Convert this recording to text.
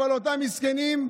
אבל אותם המסכנים,